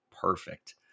perfect